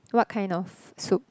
what kind of soup